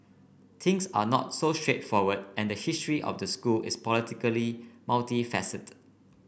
things are not so straightforward and the history of the school is politically multifaceted